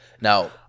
now